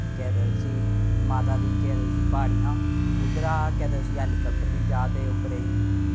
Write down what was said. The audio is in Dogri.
केह् आखदे उसी माता दी केह् आखदे उसी प्हाड़ियां उद्धरा केह् आखदे उसी हैलीकप्टर बी जा दे हे उप्परै ई